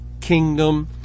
kingdom